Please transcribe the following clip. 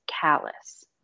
callous